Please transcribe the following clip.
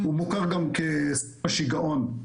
הוא מוכר גם כסם השיגעון,